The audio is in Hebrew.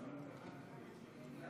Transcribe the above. לא